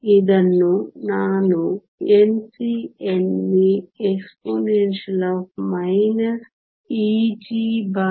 ಇದನ್ನು ನಾನು Nc Nv exp EgkT